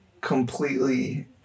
completely